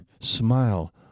Smile